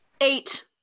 eight